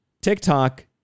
TikTok